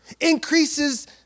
increases